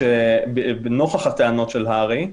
נוכח הטענות של הר"י,